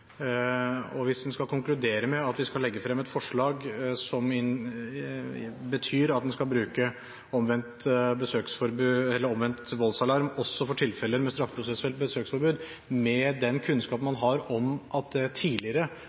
Hvis en skal konkludere med at vi skal legge frem et forslag som betyr at en skal bruke omvendt voldsalarm også for tilfeller med straffeprosessuelt besøksforbud – med den kunnskap man har om at det tidligere